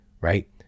right